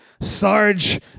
Sarge